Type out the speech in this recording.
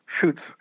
shoots